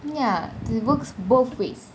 ya it works both ways